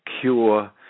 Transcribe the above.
cure